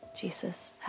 Jesus